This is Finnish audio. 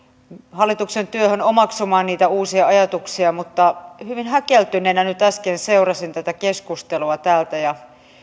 hallituksen työhön omaksuakseni niitä uusia ajatuksia mutta hyvin häkeltyneenä nyt äsken seurasin tätä keskustelua täältä ja